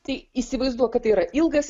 tai įsivaizduok kad tai yra ilgas